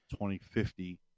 2050